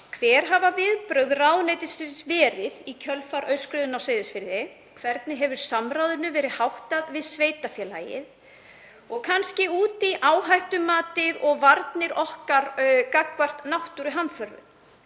Hver hafa viðbrögð ráðuneytisins verið í kjölfar aurskriðunnar á Seyðisfirði? Hvernig hefur samráði verið háttað við sveitarfélagið? Ég vil líka spyrja út í áhættumatið og varnir okkar gagnvart náttúruhamförum.